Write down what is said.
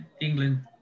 England